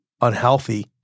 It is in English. unhealthy